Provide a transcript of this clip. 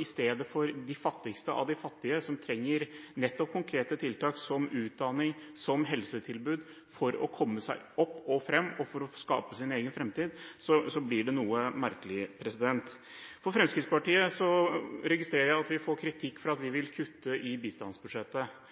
istedenfor de fattigste av de fattige, som trenger nettopp konkrete tiltak som utdanning og helsetilbud for å komme seg opp og frem og for å skape sin egen framtid, blir det noe merkelig. For Fremskrittspartiets del registrerer jeg at vi får kritikk for at vi vil kutte i bistandsbudsjettet,